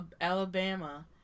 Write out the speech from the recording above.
Alabama